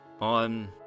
on